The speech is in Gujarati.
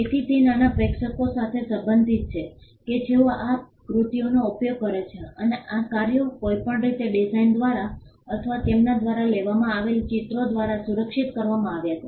તેથી તે નાના પ્રેક્ષકો માટે સંબંધિત છે કે જેઓ આ કૃતિઓનો ઉપયોગ કરે છે અને આ કાર્યો કોઈપણ રીતે ડિઝાઇન દ્વારા અથવા તેમના દ્વારા લેવામાં આવેલા ચિત્રો દ્વારા સુરક્ષિત કરવામાં આવ્યા છે